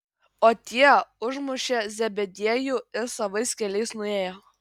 o tie užmušė zebediejų ir savais keliais nuėjo